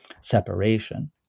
separation